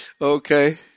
Okay